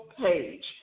page